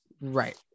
Right